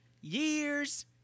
years